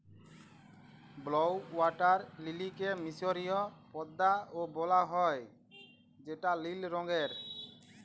blue water লিলিকে মিসরীয় পদ্দা ও বলা হ্যয় যেটা লিল রঙের